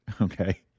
okay